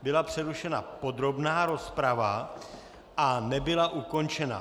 Byla přerušena podrobná rozprava a nebyla ukončena.